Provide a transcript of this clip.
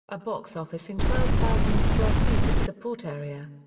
a box office and twelve thousand square feet of support area.